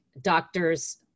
doctors